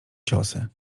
ciosy